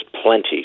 Plenty